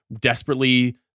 desperately